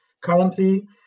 currently